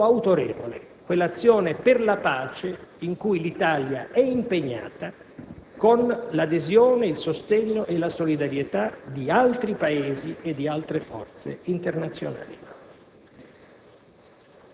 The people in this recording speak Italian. Ecco perché quello che noi chiediamo al Parlamento è di avere il consenso necessario per affrontare i rischi, ma anche nella consapevolezza che affrontare quei rischi è la condizione